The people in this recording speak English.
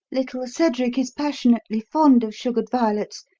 little cedric is passionately fond of sugared violets,